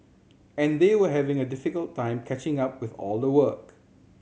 and they were having a difficult time catching up with all the work